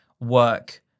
work